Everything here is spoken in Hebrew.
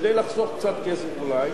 כדי לחסוך קצת כסף אולי,